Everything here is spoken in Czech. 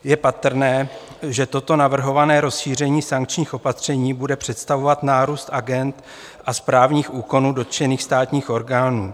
Je patrné, že toto navrhované rozšíření sankčních opatření bude představovat nárůst agend a správních úkonů dotčených státních orgánů.